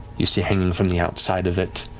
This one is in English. you see hanging from the outside of it,